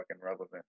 relevant